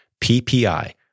PPI